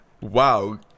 Wow